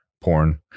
porn